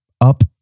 up